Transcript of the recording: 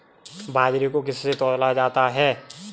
बाजरे को किससे तौला जाता है बताएँ?